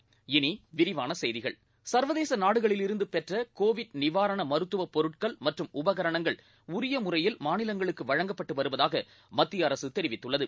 இனி விரிவான செய்திகள் சர்வதேச நாடுகளிலிருந்து பெற்ற கோவிட் நிவாரண மருத்துவ பொருட்கள் மற்றும் உபகரணங்கள் உரிய முறையில் மாநிலங்களுக்கு வழங்கப்பட்டு வருவதாக மத்திய அரசு தெரிவித்துள்ளது